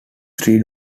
three